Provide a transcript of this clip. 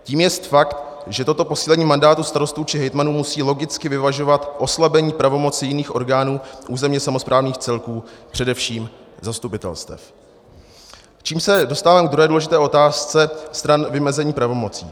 Tím jest fakt, že toto posílení mandátu starostů či hejtmanů musí logicky vyvažovat oslabení pravomocí jiných orgánů územně samosprávných celků, především zastupitelstev, čímž se dostáváme k druhé důležité otázce stran vymezení pravomocí.